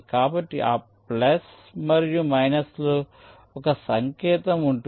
కాబట్టి ఆ ప్లస్ మరియు మైనస్లో ఒక సంకేతం ఉంటుంది